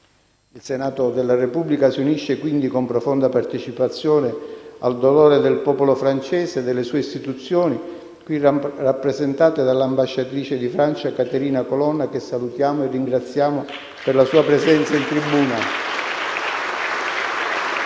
Il Senato della Repubblica si unisce quindi, con profonda partecipazione, al dolore del popolo francese e delle sue istituzioni, qui rappresentate dall'ambasciatrice di Francia, Catherine Colonna, che salutiamo e ringraziamo per la sua presenza in tribuna.